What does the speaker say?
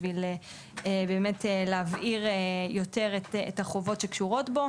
כדי באמת להבהיר יותר את החובות שקשורות בו.